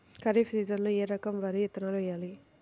ఖరీఫ్ సీజన్లో ఏ రకం వరి విత్తనాలు వేయాలి?